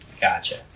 Gotcha